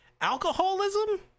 alcoholism